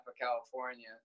California